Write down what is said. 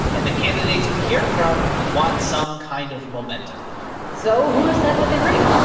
and the candidates we hear from want some kind of momentum so who has said what they raised?